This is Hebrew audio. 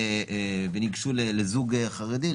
וניגשו לזוג חרדים,